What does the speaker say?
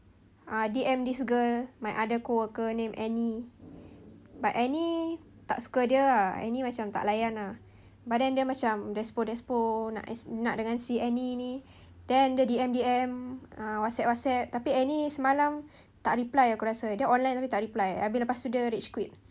ah D_M this girl my other co-worker named annie but annie tak suka dia lah annie macam tak layan lah but then dia macam despo despo nak as~ dengan si annie ni then dia D_M D_M ah whatsapp whatsapp tapi annie semalam tak reply aku rasa dia online tapi tak reply habis lepas itu dia rage quit